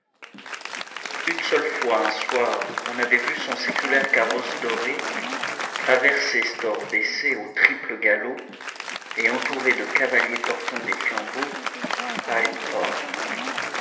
une seule fois un soir on avait vu son séculaire carrosse doré traverser stores baissés au triple galop et entouré de cavaliers portant des flambeaux hyde-park